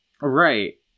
Right